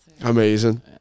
Amazing